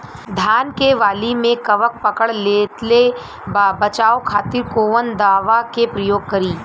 धान के वाली में कवक पकड़ लेले बा बचाव खातिर कोवन दावा के प्रयोग करी?